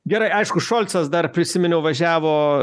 gerai aišku šolcas dar prisiminiau važiavo